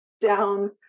down